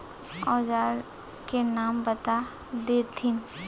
औजार के नाम बता देथिन?